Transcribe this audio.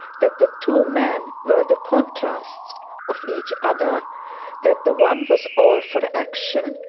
that the two men were the contrasts of each other that the one was all for action,